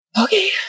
Okay